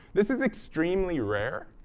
this is extremely rare.